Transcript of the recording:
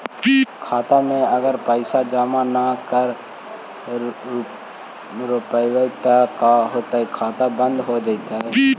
खाता मे अगर पैसा जमा न कर रोपबै त का होतै खाता बन्द हो जैतै?